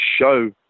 show